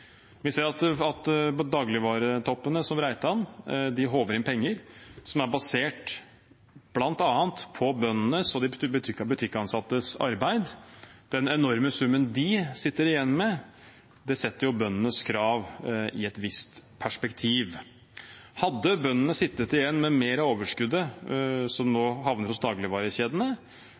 Vi ser at dagligvaretoppene, som Reitan, håver inn penger som er basert på bl.a. bøndenes og de butikkansattes arbeid. Den enorme summen de sitter igjen med, setter jo bøndenes krav i et visst perspektiv. Hadde bøndene sittet igjen med mer av overskuddet som nå havner hos dagligvarekjedene,